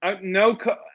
no